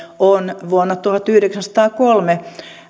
on vuonna tuhatyhdeksänsataakolme